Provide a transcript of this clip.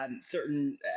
certain